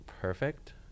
perfect